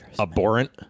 Abhorrent